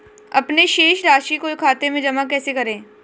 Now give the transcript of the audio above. अपने शेष राशि को खाते में जमा कैसे करें?